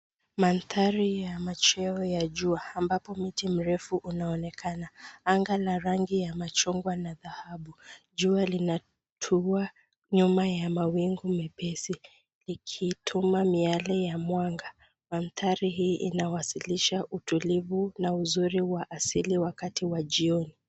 Mandhari ya machweo ya jua ambapo mti mrefu unaonekana, anga ya rangi ya machungwa na dhahabu, jua linatua nyuma ya mawingu mepesi ikituma miale ya mwanga. Mandhari hii inawasilisha utulivu na uzuri wa asili wakati wa jioni.